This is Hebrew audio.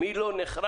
מי לא נחרץ,